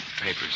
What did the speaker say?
Papers